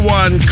one